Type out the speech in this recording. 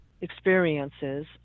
experiences